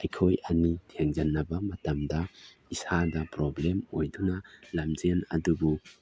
ꯑꯩꯈꯣꯏ ꯑꯅꯤ ꯊꯦꯡꯖꯤꯟꯅꯕ ꯃꯇꯝꯗ ꯏꯁꯥꯗ ꯄ꯭ꯔꯣꯕ꯭ꯂꯦꯝ ꯑꯣꯏꯗꯨꯅ ꯂꯝꯖꯦꯟ ꯑꯗꯨꯕꯨ